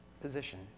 position